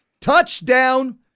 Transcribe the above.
Touchdown